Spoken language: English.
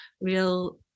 real